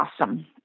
awesome